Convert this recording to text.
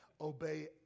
Obey